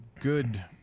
good